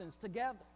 together